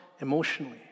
emotionally